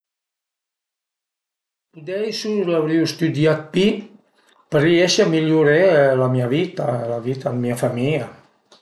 Pudeisu l'avrìu stüdià 'd pi për riesi a migliuré la mia vita, la vita 'd mia famìa